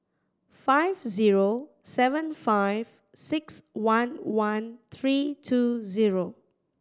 five zero seven five six one one three two zero